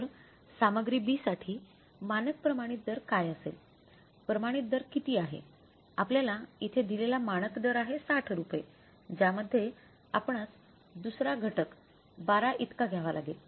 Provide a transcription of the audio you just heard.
तर सामग्री B साठी मानक प्रमाणित दर काय असेल प्रमाणित दर किती आहे आपल्याला इथे दिलेला मानक दर आहे ६० रुपये ज्यामध्ये आपणास दुसरा घटक १२ इतका घ्यावा लागेल